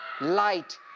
light